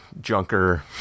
junker